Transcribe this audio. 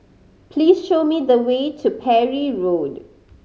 please show me the way to Parry Road